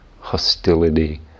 hostility